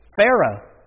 Pharaoh